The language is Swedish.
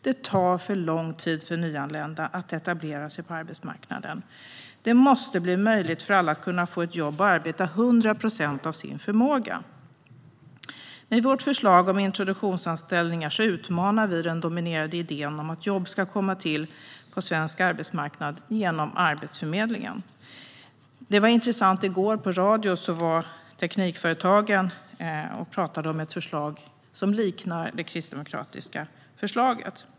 Det tar för lång tid för nyanlända att etablera sig på arbetsmarknaden. Det måste bli möjligt för alla att få ett jobb och arbeta 100 procent av sin förmåga. Med vårt förslag om introduktionsanställningar utmanar vi den dominerande idén om att jobb ska komma till på svensk arbetsmarknad genom Arbetsförmedlingen. I går talade Teknikföretagen i radio om ett förslag som liknar det kristdemokratiska. Det är intressant.